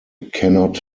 cannot